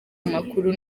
amakuru